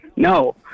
No